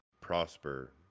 prosper